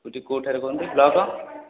କେଉଁ ଠାରୁ କହୁଛନ୍ତି ବ୍ଲକ